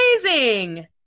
amazing